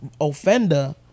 offender